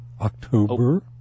October